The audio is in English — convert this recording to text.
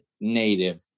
native